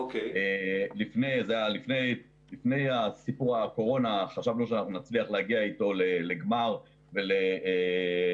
לפני סיפור הקורונה חשבנו שנצליח להגיע אתו לגמר ולהסכמה.